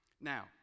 Now